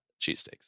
cheesesteaks